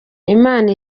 imana